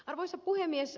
arvoisa puhemies